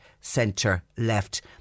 centre-left